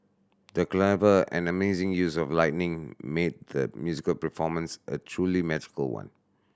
the clever and amazing use of lighting made the musical performance a truly magical one